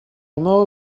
موقع